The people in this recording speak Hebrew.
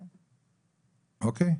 אוקיי,